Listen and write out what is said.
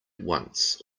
once